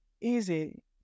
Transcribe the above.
Easy